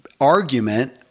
argument